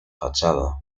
fachada